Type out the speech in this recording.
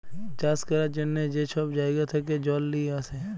চাষ ক্যরার জ্যনহে যে ছব জাইগা থ্যাকে জল লিঁয়ে আসে